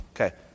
Okay